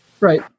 Right